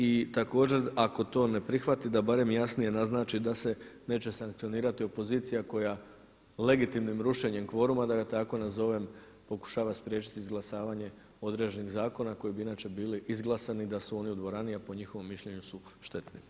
I također ako to ne prihvati da barem jasnije naznači da se neće sankcionirati opozicija koja legitimnim rušenjem kvoruma da ga tako nazovem pokušava spriječiti izglasavanje određenih zakona koji bi inače bili izglasani da su oni u dvorani, a po njihovom mišljenju su štetni.